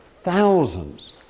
thousands